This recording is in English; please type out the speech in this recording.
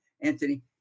Anthony